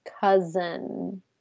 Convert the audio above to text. cousin